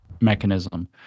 mechanism